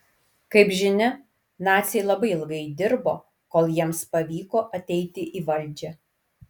kaip žinia naciai labai ilgai dirbo kol jiems pavyko ateiti į valdžią